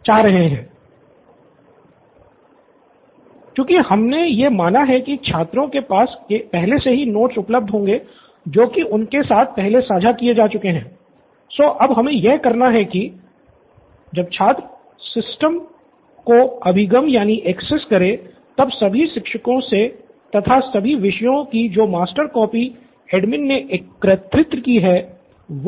student Siddharth चूंकि हमने यह माना है कि छात्राओं के पास पहले से ही नोट्स उपलब्ध होंगे जो कि उनके साथ पहले साझा किए जा चुके हैं सो अब हमे यह करना है की स्टूडेंट निथिन जब छात्र सिस्टम करे तब सभी शिक्षकों से था सभी विषयों की जो मास्टर कॉपी एडमिन ने एकत्रित की हैं